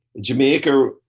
Jamaica